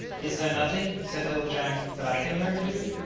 is there nothing, said little jack, that i can learn to do?